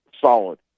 solid